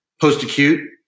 Post-acute